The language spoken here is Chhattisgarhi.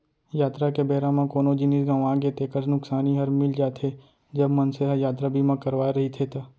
यातरा के बेरा म कोनो जिनिस गँवागे तेकर नुकसानी हर मिल जाथे, जब मनसे ह यातरा बीमा करवाय रहिथे ता